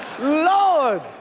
Lord